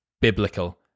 biblical